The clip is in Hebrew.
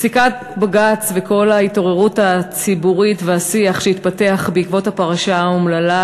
פסיקת בג"ץ וכל ההתעוררות הציבורית והשיח שהתפתח בעקבות הפרשה האומללה